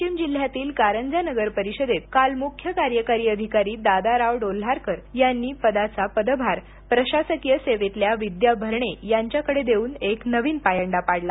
वाशीम जिल्ह्यातील कारंजा नगरपरिषदेत कालमुख्य कार्यकारी अधिकारी दादाराव डोल्हारकर यांनी पदाचा पदभार प्रशासकीय सेवेतल्या विद्या भरणे यांच्याकडे देऊन एक नवीन पायंडा पाडला